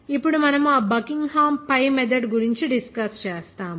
ఇప్పుడు మనము ఆ బకింగ్హామ్ pi మెథడ్ గురించి డిస్కస్ చేస్తాము